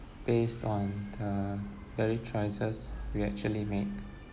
based on the very choices we actually make